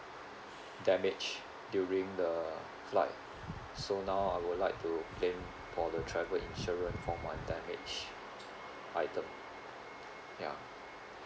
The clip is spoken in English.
damaged during the flight so now I would like to claim for the travel insurance for my damaged item ya